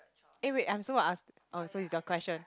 eh wait I'm supposed to ask orh so is your question